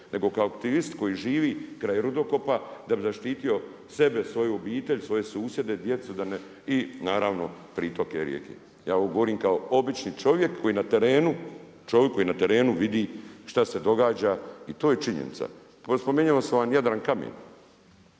nego kao aktivist koji živi kraj rudokopa da bi zaštitio sebe, svoju obitelj, svoje susjede, djecu i naravno pritoke rijeke. Ja ovo govorim kao obični čovjek koji je na terenu vidi šta se događa i to je činjenica. Spomenuo sam Jadrankamen